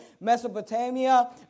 Mesopotamia